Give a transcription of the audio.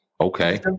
Okay